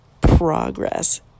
Progress